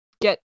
get